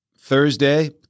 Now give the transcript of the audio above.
Thursday